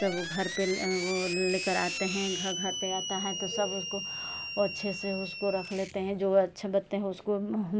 सब घर पर ले आते हैं घर घर पर आता है तो उसको सब अच्छे से उसको रख लेते हैं जो अच्छे बरते हैं उसको